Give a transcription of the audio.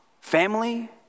family